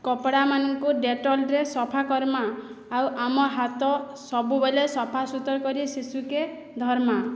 କପ୍ଡ଼ାମାନଙ୍କୁ ଡେଟଲ୍ରେ ସଫା କର୍ମା ଆଉ ଆମ ହାତ ସବୁବେଲେ ସଫା ସୁତର୍ କରି ଶିଶୁକେ ଧର୍ମା